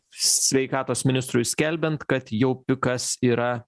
sveikatos ministrui skelbiant kad jau pikas yra